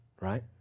right